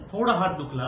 थोडा हात दुखला